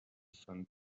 fun